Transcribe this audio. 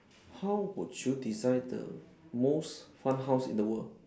how would you design the most fun house in the world